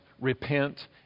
repent